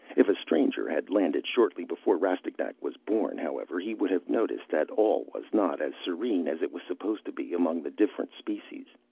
if a stranger had landed shortly before rastignac was born, however, he would have noticed that all was not as serene as it was supposed to be among the different species.